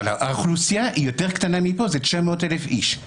האוכלוסייה היא יותר קטנה מפה, זה 900,000 איש.